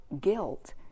guilt